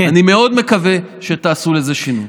אני מאוד מקווה שתעשו איזה שינוי.